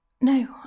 no